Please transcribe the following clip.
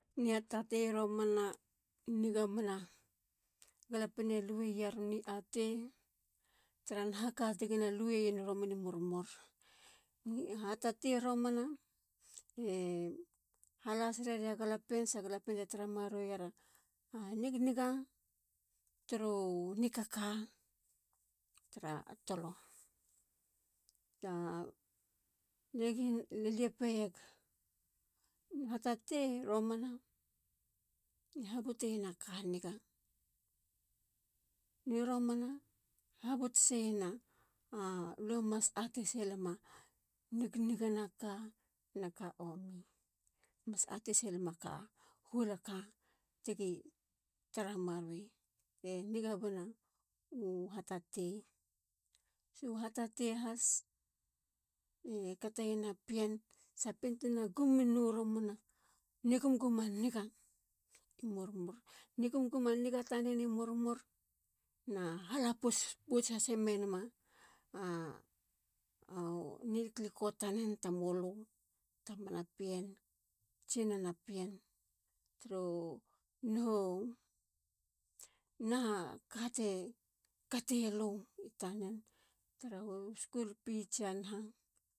Ni hata te i romana e nigamena. galapien e lueyer ni atei tara naha ka tigi nalueyen i murimuri. hatate romana e halasireria galapien sa galapien e tara mareyera nigniga turu nikaka. alie peyeg. nihatate i romana e habuteyena ka niga. ni romana. habut siena lue mas ate silema nignigana ka na ka omi. mas ate silema ka. huola ka tigi ttara maruei. te niga bena u hatatei. nu hatatei has. e kateyena pien. sa pien tena gum no romana nigumguma niga i murmur. nigumguma tanen i murmur. ena hala pouts has menama ni liklikot tanen i tamulu. Tamana pien. tsinana pien. tara hatikatelu i tanen. tara ho u school fee tsia. naha.